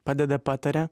padeda pataria